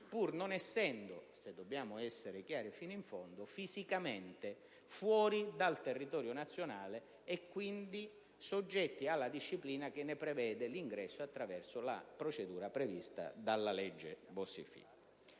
pur non essendo, se dobbiamo essere chiari fino in fondo, fisicamente fuori dal territorio nazionale e, quindi, soggetti alla disciplina che ne prevede l'ingresso attraverso la procedura prevista dalla legge Bossi-Fini.